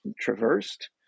traversed